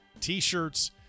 t-shirts